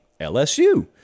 LSU